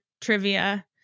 trivia